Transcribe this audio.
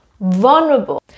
vulnerable